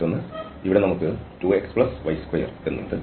മറ്റൊന്ന് ഇവിടെ നമുക്ക് 2xy2 ഉണ്ട്